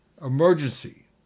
emergency